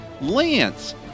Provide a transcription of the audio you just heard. Lance